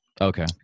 Okay